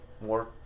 more